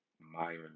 Myron